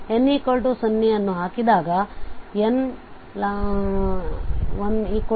n 0 ಅನ್ನು ಹಾಕಿದಾಗ n